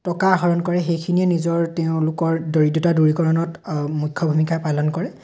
টকা আহৰণ কৰে সেইখিনিয়ে নিজৰ তেওঁলোকৰ দৰিদ্ৰতা দূৰীকৰণত মুখ্য ভূমিকা পালন কৰে